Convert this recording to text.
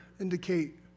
indicate